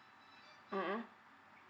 mmhmm